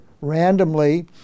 randomly